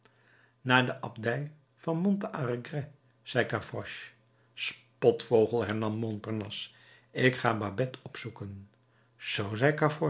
naar de abdij van monte à regret zei gavroche spotvogel hernam montparnasse ik ga babet opzoeken